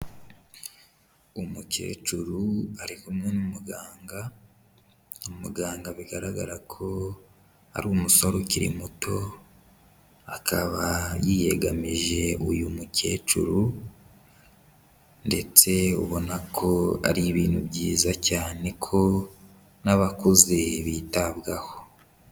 Umukecuru ari kumwe n'umuganga, umuganga bigaragara ko ari umusore ukiri muto, akaba yiyegamije uyu mukecuru ndetse ubona ko ari ibintu byiza cyane ko n'abakuze bitabwaho.